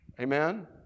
Amen